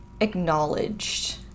acknowledged